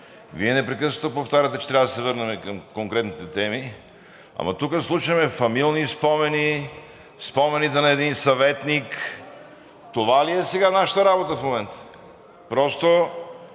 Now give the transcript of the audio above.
Вие непрекъснато повтаряте, че трябва да се върнем към конкретните теми, ама тук слушаме фамилни спомени, спомените на един съветник. Това ли е нашата работа в момента? Просто